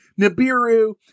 Nibiru